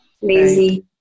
lazy